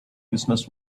business